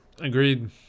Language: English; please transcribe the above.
Agreed